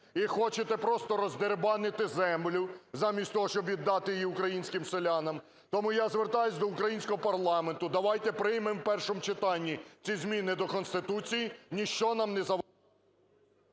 і хочете просто роздерибанити землю, замість того щоб віддати її українським селянам. Тому я звертаюсь до українського парламенту. Давайте приймемо в першому читанні ці зміни до Конституції, ніщо нам не… ГОЛОВУЮЧИЙ.